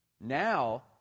Now